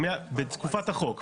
בתקופת החוק,